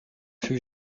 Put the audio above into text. fut